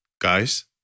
guys